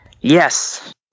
Yes